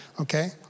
okay